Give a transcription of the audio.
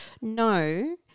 no